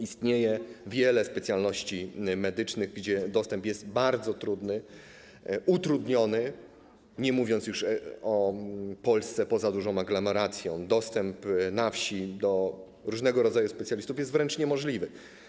Istnieje wiele specjalności medycznych, do których dostęp jest bardzo trudny, utrudniony, nie mówiąc już o Polsce poza dużą aglomeracją - dostęp na wsi do różnego rodzaju specjalistów jest wręcz niemożliwy.